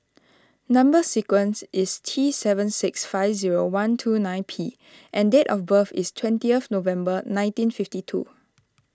Number Sequence is T seven six five zero one two nine P and date of birth is twentieth November nineteen fifty two